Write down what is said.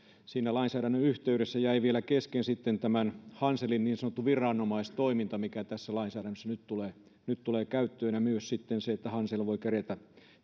siinä lainsäädännön yhteydessä jäi sitten vielä kesken tämän hanselin niin sanottu viranomaistoiminta mikä tässä lainsäädännössä nyt tulee käyttöön ja myös sitten se että hansel voi kerätä